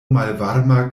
malvarma